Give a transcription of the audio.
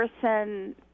person